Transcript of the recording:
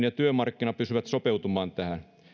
ja työmarkkinat pystyvät sopeutumaan tähän